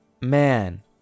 Man